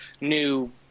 new